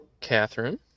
Catherine